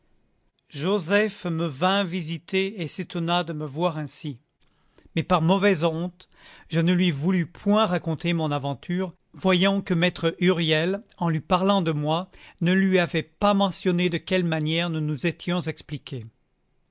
joseph me vint visiter et s'étonna de me voir ainsi mais par mauvaise honte je ne lui voulus point raconter mon aventure voyant que maître huriel en lui parlant de moi ne lui avait pas mentionné de quelle manière nous nous étions expliqués